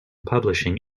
publishing